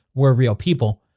were real people.